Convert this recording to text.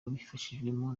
babifashijwemo